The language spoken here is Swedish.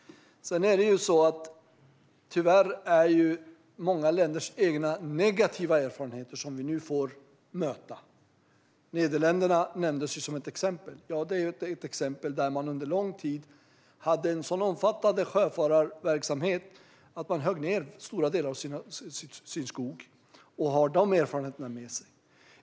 Tyvärr får vi nu möta många länders egna, negativa erfarenheter. Nederländerna nämndes som ett exempel. Det är ett land där man under lång tid hade en sådan omfattande sjöfararverksamhet att man högg ned stora delar av sin skog och har de erfarenheterna med sig.